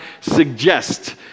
suggest